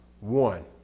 one